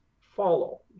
follow